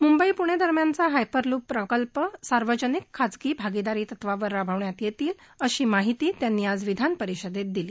मुंबई पूणे दरम्यानचा हायपरलूप प्रकल्प सार्वजनिक खाजगी भागिदारी तत्वावर राबवण्यात येईल अशी माहिती त्यांनी आज विधानपरिषदेत दिली